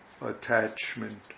attachment